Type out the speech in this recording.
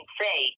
say